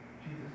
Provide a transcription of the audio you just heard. Jesus